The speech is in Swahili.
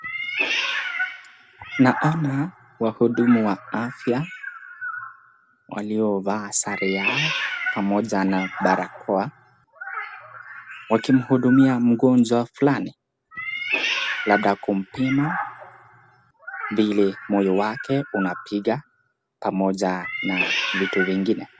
Naona wahudumu wa afya waliovaa sare yao pamoja na barakoa wakimhudumia mgonjwa fulani labda kumpima vile moyo wake unapiga pamoja na vitu vingine.